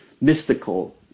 mystical